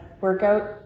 workout